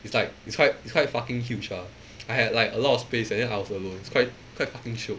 it's like it's quite it's quite fucking huge ah I had like a lot of space and then I was alone it's quite quite fucking shiok